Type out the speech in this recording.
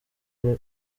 muri